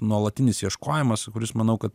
nuolatinis ieškojimas kuris manau kad